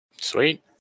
Sweet